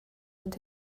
mynd